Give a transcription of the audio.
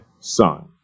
son